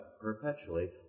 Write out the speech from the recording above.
perpetually